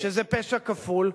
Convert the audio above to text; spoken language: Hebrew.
שזה פשע כפול,